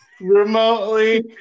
Remotely